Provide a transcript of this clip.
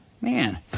man